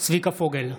צביקה פוגל,